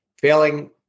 failing